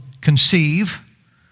conceive